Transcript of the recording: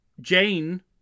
Jane